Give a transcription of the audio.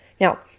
Now